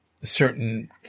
certain